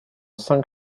cinq